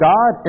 God